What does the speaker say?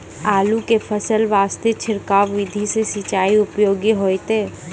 आलू के फसल वास्ते छिड़काव विधि से सिंचाई उपयोगी होइतै?